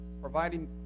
providing